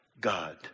God